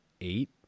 eight